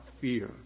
fear